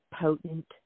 potent